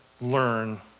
learn